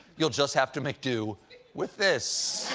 you'll just have to make do with this.